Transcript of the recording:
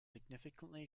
significantly